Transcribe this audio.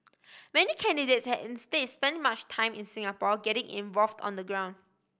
many candidates has instead spent much time in Singapore getting involved on the ground